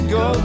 go